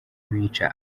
bica